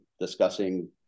discussing